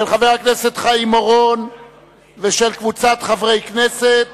של חבר הכנסת חיים אורון וקבוצת חברי הכנסת.